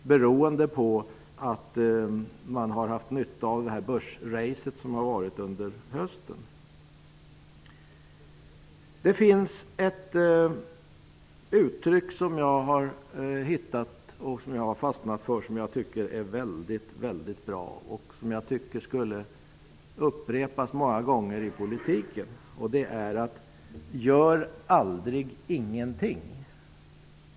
Det beror på att man har haft nytta av höstens börsrace. Jag har fastnat för ett uttryck som jag tycker är mycket, mycket bra. Jag tycker också att det borde upprepas många gånger i politiken. Uttrycket är: Gör aldrig ingenting.